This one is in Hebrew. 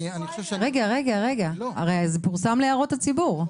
הרי זה פורסם להערות הציבור,